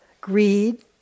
greed